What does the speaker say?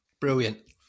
Brilliant